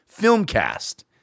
FilmCast